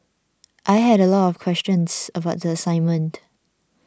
I had a lot of questions about the assignment